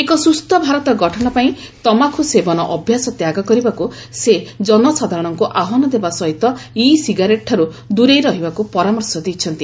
ଏକ ସୁସ୍ଥ ଭାରତ ଗଠନ ପାଇଁ ତମାଖୁ ସେବନ ଅଭ୍ୟାସ ତ୍ୟାଗ କରିବାକୁ ସେ ଜନସାଧାରଣଙ୍କୁ ଆହ୍ପାନ ଦେବା ସହିତ ଇ ସିଗାରେଟ୍ଠାରୁ ଦୂରେଇ ରହିବାକୁ ପରାମର୍ଶ ଦେଇଛନ୍ତି